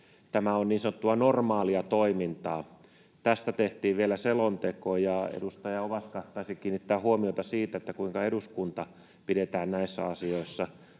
Tämä on niin sanottua normaalia toimintaa. Tästä tehtiin vielä selonteko, ja edustaja Ovaska taisi kiinnittää huomiota siihen, kuinka eduskunta pidetään näissä asioissa